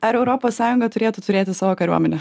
ar europos sąjunga turėtų turėti savo kariuomenę